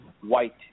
white